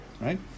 Right